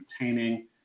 entertaining